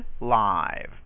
live